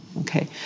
Okay